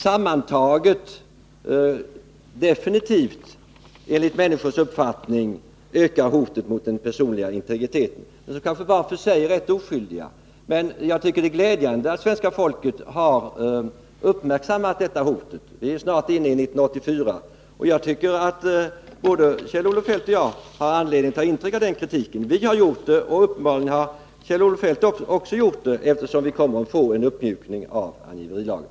Sammantagna ökar dessa åtgärder enligt människors uppfattning hotet mot den personliga integriteten, även om de var för sig kanske är rätt oskyldiga. Jag tycker att det är glädjande att svenska folket har uppmärksammat detta hot. Vi är ju snart inne i 1984. Både Kjell-Olof Feldt och jag har enligt min mening anledning att ta intryck av den kritik som framförs. Vi har gjort det, och uppenbarligen har Kjell-Olof Feldt också gjort det, eftersom vi kommer att få en uppmjukning av angiverilagen.